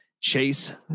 Chase